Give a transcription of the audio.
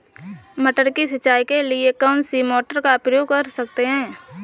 मटर की सिंचाई के लिए कौन सी मोटर का उपयोग कर सकते हैं?